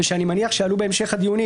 שאני מניח שיעלו בהמשך הדיונים,